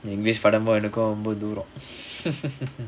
english படமும் எனக்கும் ரொம்ப தூரம்:padamum enakkum romba thooram